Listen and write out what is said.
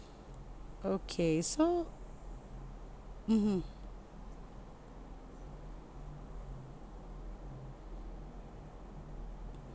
okay so mmhmm